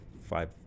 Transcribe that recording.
five